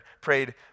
prayed